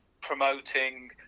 promoting